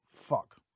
fuck